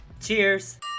Cheers